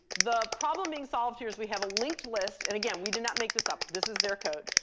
the problem being solved here is we have a linked list. and again, we did not make this up. this is their code.